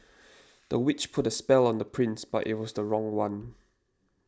the witch put a spell on the prince but it was the wrong one